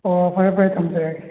ꯑꯣ ꯐꯔꯦ ꯐꯔꯦ ꯊꯝꯖꯔꯒꯦ